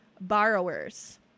borrowers